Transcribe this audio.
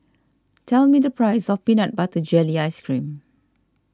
tell me the price of Peanut Butter Jelly Ice Cream